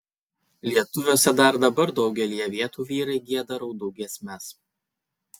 lietuviuose dar dabar daugelyje vietų vyrai gieda raudų giesmes